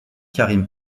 karim